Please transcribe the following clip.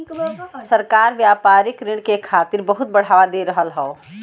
सरकार व्यापारिक ऋण के खातिर बहुत बढ़ावा दे रहल हौ